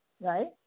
right